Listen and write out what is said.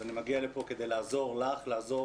אז אני מגיע לפה כדי לעזור לך לעזור